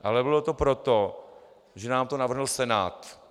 Ale bylo to proto, že nám to navrhl Senát.